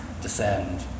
descend